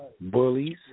Bullies